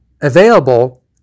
available